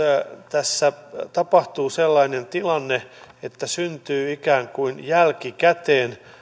tässä tapahtuu sellainen tilanne että syntyy ikään kuin jälkikäteen